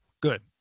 Good